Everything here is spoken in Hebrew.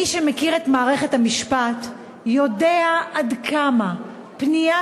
מי שמכיר את מערכת המשפט יודע עד כמה פנייה